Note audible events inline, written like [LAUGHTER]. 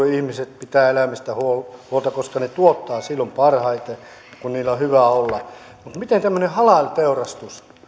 [UNINTELLIGIBLE] ihmiset pitävät eläimistä huolta huolta koska ne tuottavat silloin parhaiten kun niillä on hyvä olla mutta miten tämmöinen halal teurastus